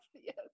yes